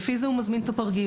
לפי זה הוא מזמין את הפרגיות.